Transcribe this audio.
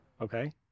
okay